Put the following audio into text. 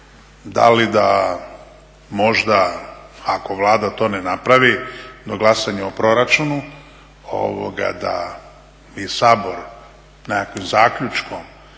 Da li da možda ako Vlada to ne napravi na glasanje o proračunu da i Sabor nekakvim zaključkom